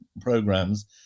programs